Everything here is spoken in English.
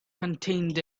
contained